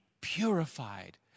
purified